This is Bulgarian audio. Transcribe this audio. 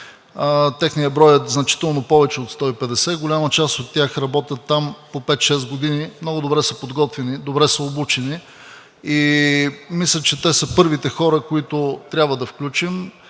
Техният брой е значително повече от 150. Голяма част от тях работят там по 5 – 6 години, много добре са подготвени, добре са обучени и мисля, че те са първите хора, които трябва да включим.